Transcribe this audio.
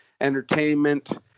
entertainment